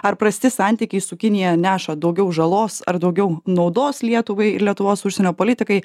ar prasti santykiai su kinija neša daugiau žalos ar daugiau naudos lietuvai ir lietuvos užsienio politikai